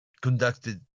conducted